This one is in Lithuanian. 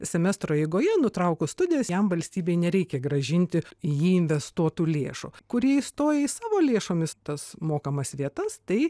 semestro eigoje nutraukus studijas jam valstybei nereikia grąžinti į jį investuotų lėšų kurie įstoja į savo lėšomis tas mokamas vietas tai